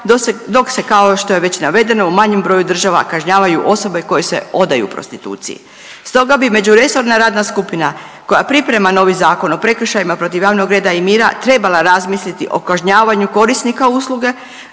dok se kao što je već navedeno u manjem broju država kažnjavaju osobe koje se odaju prostituciji. Stoga bi međuresorna radna skupina koja priprema novi Zakon o prekršajima protiv javnog reda i mira trebala razmisliti o kažnjavanju korisnika usluge